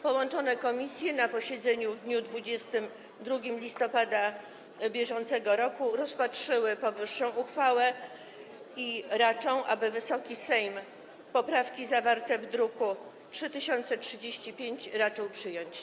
Połączone komisje na posiedzeniu w dniu 22 listopada br. rozpatrzyły powyższą uchwałę i wnoszą, aby Wysoki Sejm poprawki zawarte w druku nr 3035 raczył przyjąć.